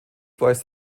weist